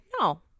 No